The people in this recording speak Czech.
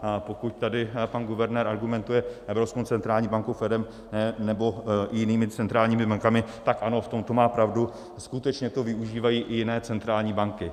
A pokud tady pan guvernér argumentuje Evropskou centrální bankou, Fedem nebo i jinými centrálními bankami, tak ano, v tomto má pravdu, skutečně to využívají i jiné centrální banky.